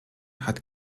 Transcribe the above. hat